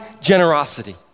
generosity